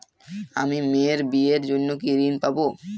আমি মেয়ের বিয়ের জন্য কি ঋণ পাবো?